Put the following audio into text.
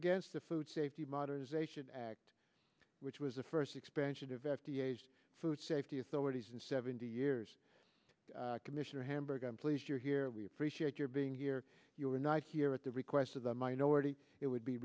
against the food safety modernization act which was the first expansion of f d a food safety authorities in seventy years commissioner hamburg i'm pleased you're here we appreciate your being here you were not here at the request of the minority it would be